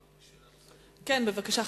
בבקשה,